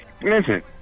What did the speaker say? Listen